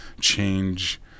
change